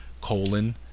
colon